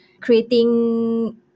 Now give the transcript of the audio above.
creating